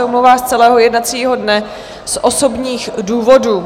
Omlouvá se z celého jednacího dne z osobních důvodů.